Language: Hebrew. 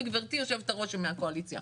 וגברתי יושבת-הראש היא מהקואליציה,